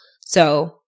So-